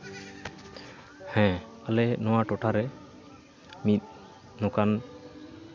ᱦᱮᱸ ᱟᱞᱮ ᱱᱚᱣᱟ ᱴᱚᱴᱷᱟ ᱨᱮ ᱢᱤᱫ ᱱᱚᱝᱠᱟᱱ